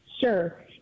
Sure